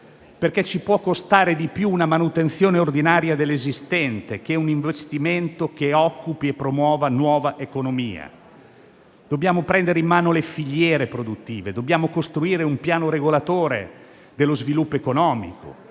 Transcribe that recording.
infatti costare di più una manutenzione ordinaria dell'esistente che un investimento che occupi e promuova nuova economia. Dobbiamo prendere in mano le filiere produttive; dobbiamo costruire un piano regolatore dello sviluppo economico.